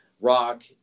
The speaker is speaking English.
rock